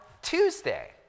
Tuesday